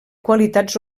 qualitats